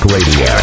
Radio